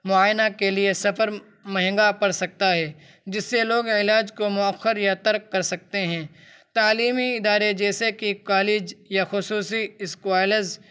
معائنہ کے لیے سفر مہنگا پڑ سکتا ہے جس سے لوگ علاج کو مؤخر یا ترک کر سکتے ہیں تعلیمی ادارے جیسے کہ کالج یا خصوصی اسکوائلز